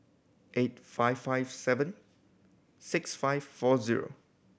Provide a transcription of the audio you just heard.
eight five five seven six five four zero